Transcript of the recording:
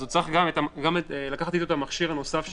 הוא צריך לקחת את המכשיר הנוסף שאיתו.